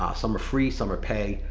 ah some are free, some are pay,